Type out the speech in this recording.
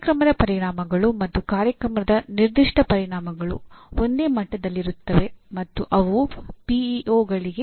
ಕಾರ್ಯಕ್ರಮದ ಪರಿಣಾಮಗಳು ಮತ್ತು ಕಾರ್ಯಕ್ರಮದ ನಿರ್ದಿಷ್ಟ ಪರಿಣಾಮಗಳು ಒಂದೇ ಮಟ್ಟದಲ್ಲಿರುತ್ತವೆ ಮತ್ತು ಅವು ಪಿಇಒಗಳಿಗೆ